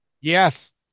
Yes